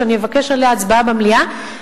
שאני אבקש עליה הצבעה במליאה,